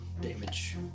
damage